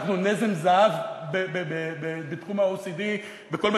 אנחנו נזם זהב בתחום ה-OECD בכל מה